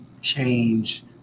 change